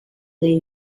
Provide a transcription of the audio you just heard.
the